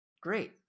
Great